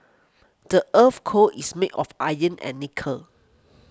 the earth's core is made of iron and nickel